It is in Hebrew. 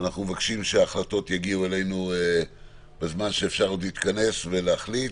אנחנו מבקשים שההחלטות יגיעו אלינו בזמן שאפשר עוד להתכנס ולהחליט,